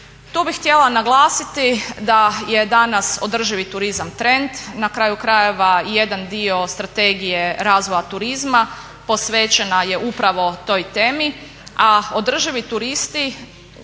Tu bih htjela naglasiti da je danas održivi turizam trend, na kraju krajeva jedan dio Strategije razvoja turizma posvećen je upravo toj temi, a održivi turisti